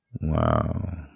Wow